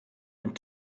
and